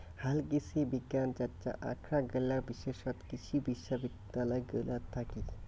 হালকৃষিবিজ্ঞান চর্চা আখরাগুলা বিশেষতঃ কৃষি বিশ্ববিদ্যালয় গুলাত থাকি